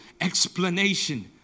explanation